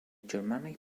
germanic